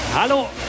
Hallo